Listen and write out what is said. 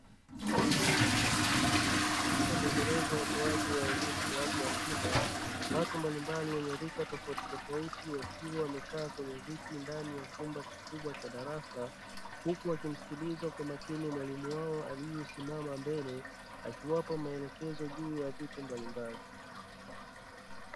Katika muendelezo wa utoaji wa elimu kwa watu wazima, watu mbalimbali wenye rika tofautitofauti wakiwa wamekaa kwenye viti ndani ya chumba kikubwa cha darasa, huku wakimsikiliza kwa makini mwalimu wao aliyesimama mbele, akiwapa maelekezo juu ya vitu mbalimbali.